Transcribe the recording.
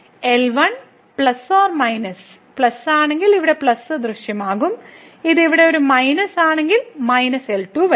L1 പ്ലസും മൈനസും plus ആണെങ്കിൽ ഇവിടെ പ്ലസ് ദൃശ്യമാകും ഇത് ഇവിടെ ഒരു മൈനസ് ആണെങ്കിൽ മൈനസ് L2 വരും